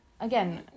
Again